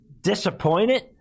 disappointed